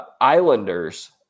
Islanders